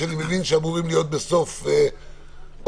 שאני מבין שאמורים להיות בסוף אוקטובר,